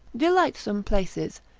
delightsome places,